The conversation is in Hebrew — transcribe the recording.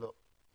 לא.